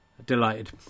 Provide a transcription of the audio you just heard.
delighted